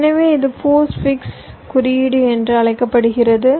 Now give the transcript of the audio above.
எனவே இது postfix குறியீடு என்று அழைக்கப்படுகிறது